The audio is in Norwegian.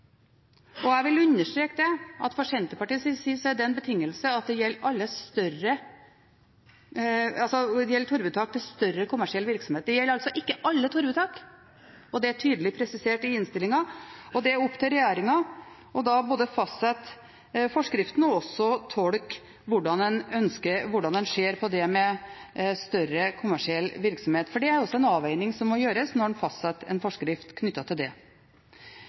virksomhet». Jeg vil understreke at fra Senterpartiets side er det en betingelse at det gjelder alle torvuttak til større kommersiell virksomhet. Det gjelder altså ikke alle torvuttak, og det er tydelig presisert i innstillingen. Og det er opp til regjeringen både å fastsette forskriften og også å tolke hvordan en ser på det med «større kommersiell virksomhet», for det er også en avveining som må gjøres når en fastsetter en forskrift knyttet til det.